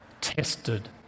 tested